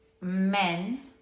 Men